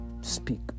speak